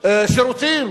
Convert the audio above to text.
שירותים